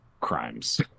crimes